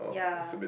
ya